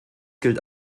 gilt